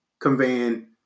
conveying